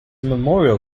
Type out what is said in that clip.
memorial